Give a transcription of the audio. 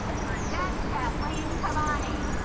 burchett kathleen kabbani